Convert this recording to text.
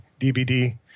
DVD